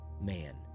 man